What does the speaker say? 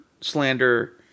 slander